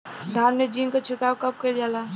धान में जिंक क छिड़काव कब कइल जाला?